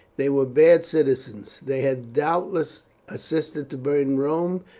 they were bad citizens, they had doubtless assisted to burn rome,